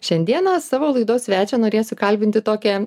šiandieną savo laidos svečią norėsiu kalbinti tokia